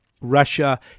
Russia